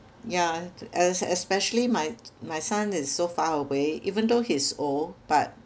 yeah es~ especially my my son is so far away even though he is old but